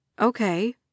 Okay